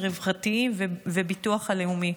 הרווחתיים והביטוח הלאומי,